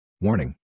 warning